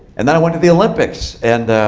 and then i went to the olympics. and